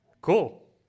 cool